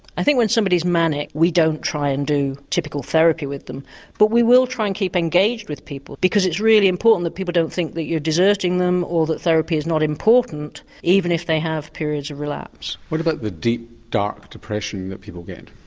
i think when somebody's manic we don't try and do typical therapy with them but we will try and keep engaged with people because it's really important that people don't think you're deserting them or that therapy is not important even if they have periods of relapse. what about the deep, dark depression that people get?